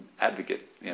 advocate